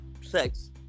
sex